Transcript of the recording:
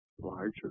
larger